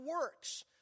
works